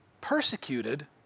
persecuted